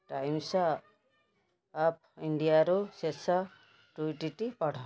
Times of ଇଣ୍ଡିଆରୁ ଶେଷ ଟୁଇଟ୍ଟି ପଢ଼